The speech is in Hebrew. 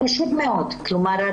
כלומר,